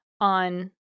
on